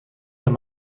that